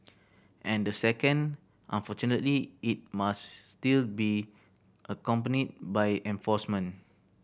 and the second unfortunately it must still be accompanied by enforcement